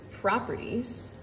properties